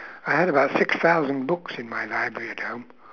I had about six thousand books in my library at home